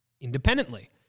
independently